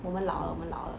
我们老了我们老了